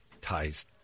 Ties